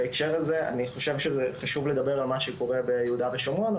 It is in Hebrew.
בהקשר הזה אני חושב שזה חשוב לדבר על מה שקורה ביהודה ושומרון,